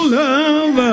love